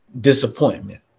disappointment